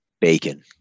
Bacon